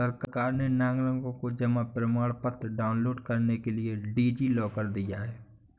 सरकार ने नागरिकों को जमा प्रमाण पत्र डाउनलोड करने के लिए डी.जी लॉकर दिया है